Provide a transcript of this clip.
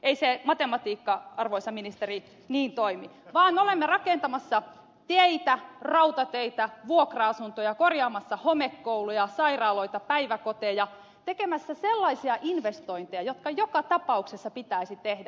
ei se matematiikka arvoisa ministeri niin toimi vaan olemme rakentamassa teitä rautateitä vuokra asuntoja korjaamassa homekouluja sairaaloita päiväkoteja tekemässä sellaisia investointeja jotka joka tapauksessa pitäisi tehdä